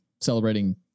celebrating